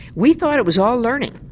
we thought it was all learning,